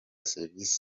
serivisi